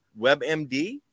WebMD